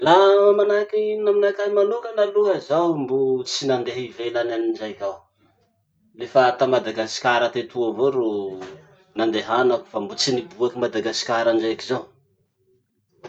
Laha manahaky aminakahy manokana aloha, zaho mbo tsy nandeha ivelany any indraiky aho. Lefa ta madagasikara tetoa avao ro nandehanako fa mbo tsy niboaky madagasikara indraiky zaho.